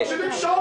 אנחנו ממתינים זמן